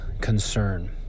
concern